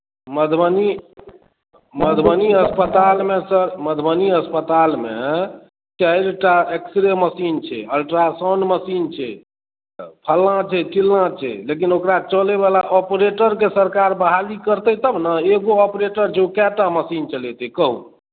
मधुबनी मधुबनी अस्पतालमे सर मधुबनी अस्पतालमे चारिटा एक्सरे मशीन छै अल्ट्रासाउंड मशीन छै फलना छै चिलना छै लेकिन ओकरा चलबैवला ओपरेटरके सरकार बहाली करतै तब ने एगो ओपरेटर छै कएटा मशीन चलेतै कहू